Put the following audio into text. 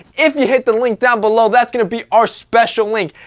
if you hit the link down below that's gonna be our special link.